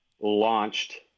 launched